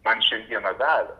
man šiandieną davė